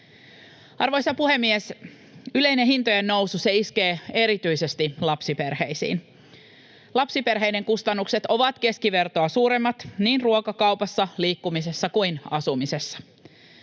Arvoisa puhemies! Yleinen hintojen nousu, se iskee erityisesti lapsiperheisiin. Lapsiperheiden kustannukset ovat keskivertoa suuremmat niin ruokakaupassa, liikkumisessa kuin asumisessa.